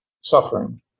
suffering